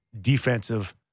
defensive